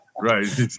Right